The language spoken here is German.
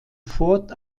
fort